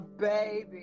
baby